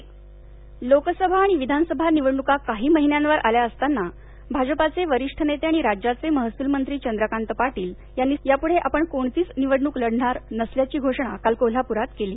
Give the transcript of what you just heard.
चंद्रकांत पाटील लोकसभा आणि विधानसभा निवडणूका काही महिन्यांवर आल्या असताना भाजपाचे वरिष्ठ नेते आणि राज्याचे महसुलमंत्री चंद्रकांत पाटील यांनी सगळ्यांनाच यापुढे आपण कोणतीच निवडणुक लढणार नसल्याची घोषणा काल कोल्हाप्रात केली